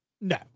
No